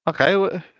Okay